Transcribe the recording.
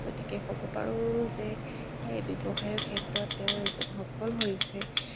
গতিকে ক'ব পাৰোঁ যে এই ব্যৱসায়ৰ ক্ষেত্ৰত তেওঁ এজন সফল হৈছে